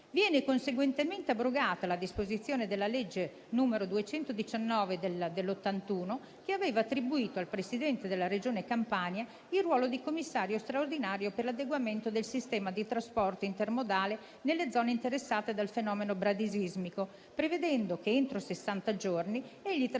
Viene conseguentemente abrogata la disposizione della legge n. 219 del 1981, che aveva attribuito al Presidente della Regione Campania il ruolo di commissario straordinario per l'adeguamento del sistema di trasporto intermodale nelle zone interessate dal fenomeno bradisismico, prevedendo che entro sessanta giorni trasmetta